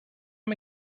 mir